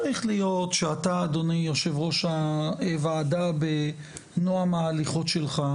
צריך להיות שאתה אדוני יושב ראש הוועדה בנועם ההליכות שלך,